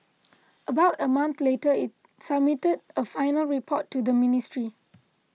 about a month later it submitted a final report to the ministry